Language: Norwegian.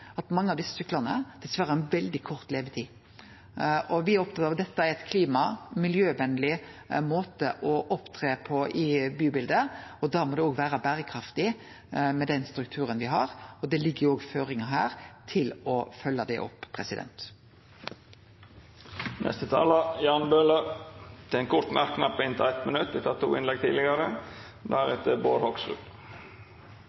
opptatt av at dette er ein klima- og miljøvennleg måte å opptre på i bybildet, og da må det også vere berekraftig med den strukturen me har. Det ligg også føringar her til å følgje det opp. Representanten Jan Bøhler har hatt ordet to gonger tidlegare og får ordet til ein kort merknad, avgrensa til 1 minutt.